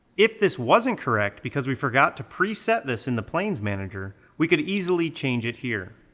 if this wasn't correct because we forgot to preset this in the planes manager, we could easily change it here.